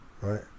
right